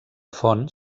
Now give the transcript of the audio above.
font